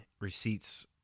receipts